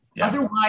Otherwise